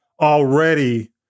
already